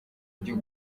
ryo